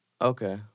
Okay